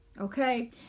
Okay